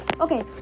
Okay